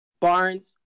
Barnes